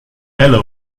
hello